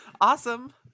awesome